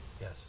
Yes